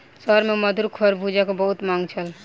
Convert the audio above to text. शहर में मधुर खरबूजा के बहुत मांग छल